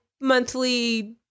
monthly